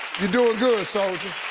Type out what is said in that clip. you doin' good soldier.